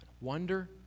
Wonder